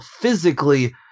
physically